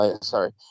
Sorry